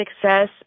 success